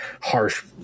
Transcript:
harsh